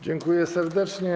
Dziękuję serdecznie.